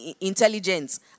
intelligence